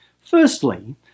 Firstly